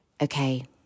Okay